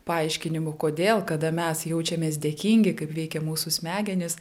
paaiškinimų kodėl kada mes jaučiamės dėkingi kaip veikia mūsų smegenys